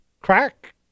Crack